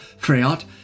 Freyot